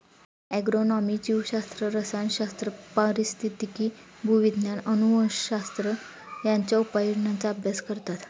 agronomy जीवशास्त्र, रसायनशास्त्र, पारिस्थितिकी, भूविज्ञान, अनुवंशशास्त्र यांच्या उपयोजनांचा अभ्यास करतात